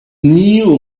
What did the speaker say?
knew